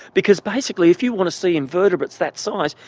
because basically if you want to see invertebrates that size,